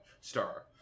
star